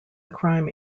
crime